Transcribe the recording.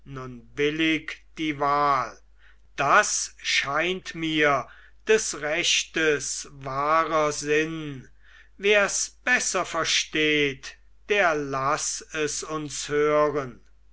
die wahl das scheint mir des rechtes wahrer sinn wers besser versteht der laß es uns hören